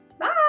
Bye